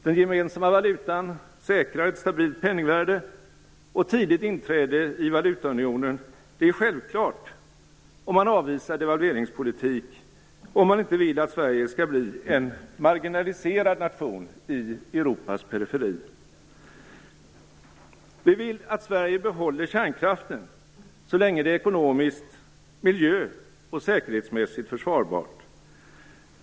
Den gemensamma valutan säkrar ett stabilt penningvärde, och tidigt inträde i valutaunionen är självklart, om man avvisar devalveringspolitik och om man inte vill att Sverige skall bli en marginaliserad nation i Europas periferi. Vi vill att Sverige behåller kärnkraften så länge det är ekonomiskt, miljö och säkerhetsmässigt försvarbart.